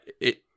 it-